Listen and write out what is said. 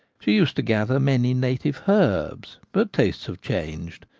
she used to gather many native herbs but tastes have changed,